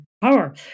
power